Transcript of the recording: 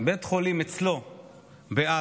בית חולים אצלו בעזה,